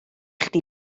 chdi